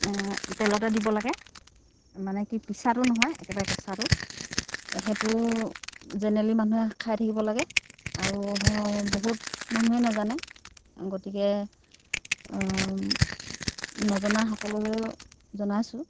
তেলতে দিব লাগে মানে কি পিচাটো নহয় একেবাৰে কেঁচাটো সেইটো জেনেৰেলি মানুহে খাই থাকিব লাগে আৰু বহুত মানুহে নাজানে গতিকে নজনাসকলক জনাইছোঁ